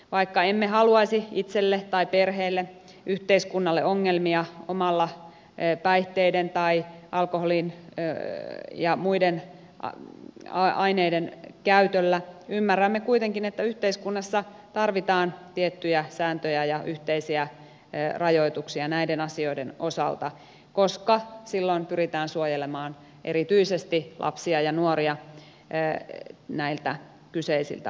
vaikka emme haluaisi itselle perheelle tai yhteiskunnalle ongelmia omalla päihteiden tai alkoholin ja muiden aineiden käytöllä ymmärrämme kuitenkin että yhteiskunnassa tarvitaan tiettyjä sääntöjä ja yhteisiä rajoituksia näiden asioiden osalta koska silloin pyritään suojelemaan erityisesti lapsia ja nuoria näiltä kyseisiltä aineilta